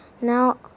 Now